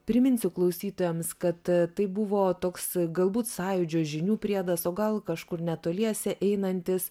priminsiu klausytojams kad tai buvo toks galbūt sąjūdžio žinių priedas o gal kažkur netoliese einantis